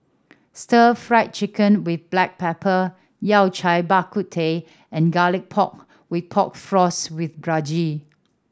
Stir Fried Chicken with black pepper Yao Cai Bak Kut Teh and Garlic Pork with Pork Floss with brinjal